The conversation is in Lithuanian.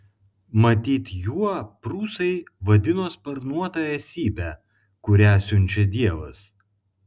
matyt juo prūsai vadino sparnuotą esybę kurią siunčia dievas